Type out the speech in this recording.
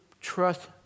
trust